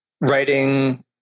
writing